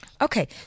Okay